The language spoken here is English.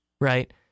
Right